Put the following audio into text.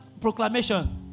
proclamation